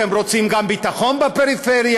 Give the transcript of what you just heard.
אתם רוצים גם ביטחון בפריפריה,